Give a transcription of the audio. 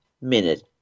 minute